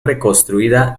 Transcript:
reconstruida